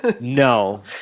No